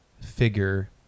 figure